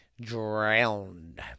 drowned